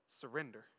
Surrender